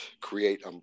create